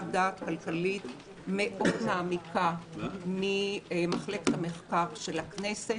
דעת כלכלית מעמיקה מאוד ממרכז המחקר והמידע של הכנסת,